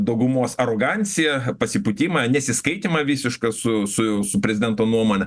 daugumos aroganciją pasipūtimą nesiskaitymą visišką su su su prezidento nuomone